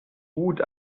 gut